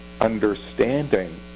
understanding